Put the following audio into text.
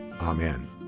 Amen